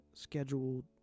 scheduled